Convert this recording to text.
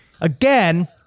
again